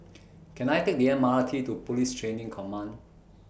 Can I Take The M R T to Police Training Command